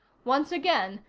once again,